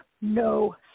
no